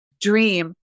dream